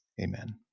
Amen